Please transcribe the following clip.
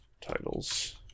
Titles